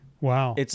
Wow